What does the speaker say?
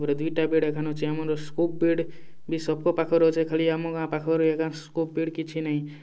ତା'ର୍ପରେ ଦୁଇ'ଟା ବେଟ୍ ଏଖାନ୍ ଅଛେ ଆମର୍ ସ୍କୋପ୍ ବେଟ୍ ବି ସବ୍କର୍ ପାଖ୍ରେ ଅଛେ ଖାଲି ଆମ ଗାଁ ପାଖ୍ରେ ଏକା ସ୍କୋପ୍ ବେଟ୍ କିଛି ନାଇଁ